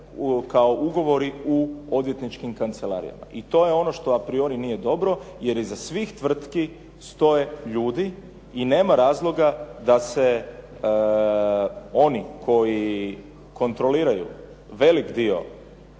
kao ugovori u odvjetničkim kancelarijama. To je ono što a priori nije dobro jer iza svih tvrtki stoje ljudi i nema razloga da se onim koji kontroliraju velik dio,